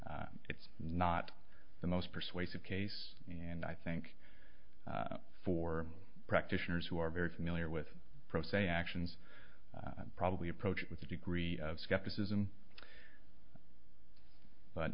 it's not the most persuasive case and i think for practitioners who are very familiar with pro se actions probably approach it with a degree of skepticism but